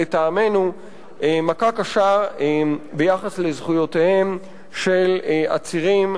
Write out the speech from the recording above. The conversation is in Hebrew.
לטעמנו מכה קשה ביחס לזכויותיהם של עצירים,